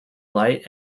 light